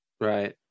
Right